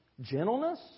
gentleness